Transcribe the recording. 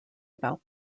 about